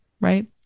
right